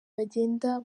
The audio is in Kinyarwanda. bagenda